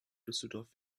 düsseldorf